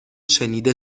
شنیده